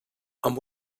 amb